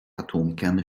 atomkerne